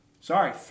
sorry